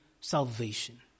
salvation